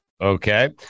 Okay